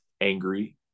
angry